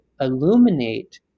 illuminate